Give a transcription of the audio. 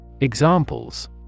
Examples